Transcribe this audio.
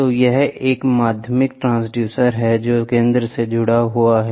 तो यह एक माध्यमिक ट्रांसड्यूसर है जो केंद्र से जुड़ा हुआ है